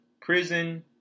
prison